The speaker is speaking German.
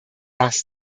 das